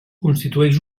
constitueix